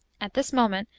at this moment,